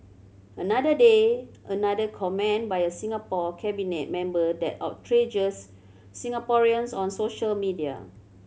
another day another comment by a Singapore cabinet member that outrages Singaporeans on social media